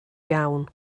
iawn